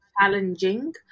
challenging